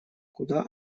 куда